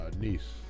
niece